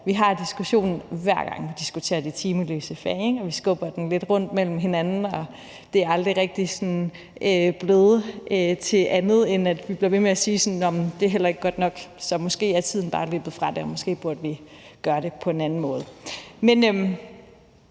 Vi har diskussionen, hver gang vi diskuterer de timeløse fag, og på en eller anden måde skubber vi den lidt rundt mellem hinanden, og det er aldrig rigtig sådan blevet til andet, end at vi bliver ved med at sige, at det heller ikke er godt nok. Så måske er tiden bare løbet fra det, og måske burde vi gøre det på en anden måde. Men